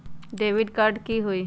Debit card की होई?